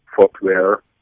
footwear